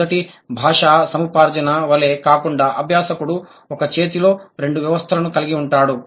మొదటి భాషా సముపార్జన వలె కాకుండా అభ్యాసకుడు ఒక చేతిలో రెండు వ్యవస్థలను కలిగి ఉంటాడు